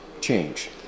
change